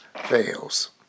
fails